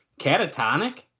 Catatonic